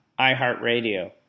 iHeartRadio